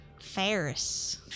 Ferris